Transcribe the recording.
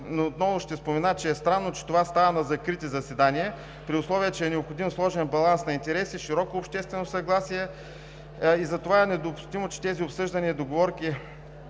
отново ще спомена, че е странно, че това става на закрити заседания, при условие че е необходим сложен баланс на интереси, широко обществено съгласие и затова е недопустимо, че тези обсъждания, договорки